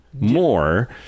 more